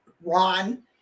Ron